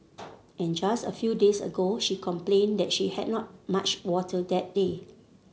and just a few days ago she complained that she had not much water that day